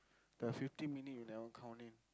the fifteen minute you never count in